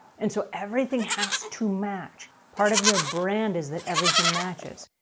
and so, everything has to match. part of your brand is that everything matches.